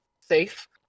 safe